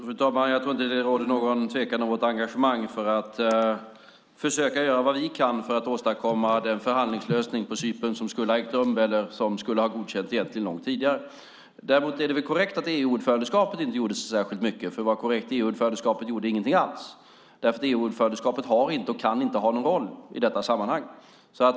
Fru talman! Jag tror inte att det råder någon tvekan om vårt engagemang för att försöka göra vad vi kan för att åstadkomma den förhandlingslösning på Cypern som skulle ha ägt rum eller som egentligen skulle ha godkänts långt tidigare. Däremot är det väl korrekt att EU-ordförandeskapet inte gjorde så särskilt mycket. För att vara korrekt gjorde EU-ordförandeskapet ingenting alls, därför att EU-ordförandeskapet inte har och inte kan ha en roll i detta sammanhang.